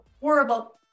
horrible